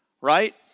Right